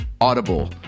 Audible